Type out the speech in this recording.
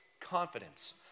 confidence